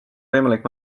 võimalik